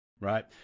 right